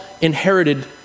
inherited